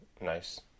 nice